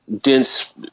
dense